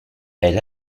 elle